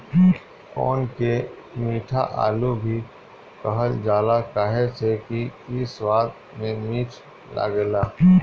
कोन के मीठा आलू भी कहल जाला काहे से कि इ स्वाद में मीठ लागेला